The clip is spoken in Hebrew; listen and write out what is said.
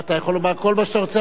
אתה יכול לומר כל מה שאתה רוצה,